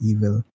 Evil